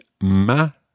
m'a